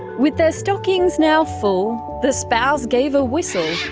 with their stockings now full, the spouse gave a whistle,